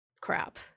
crap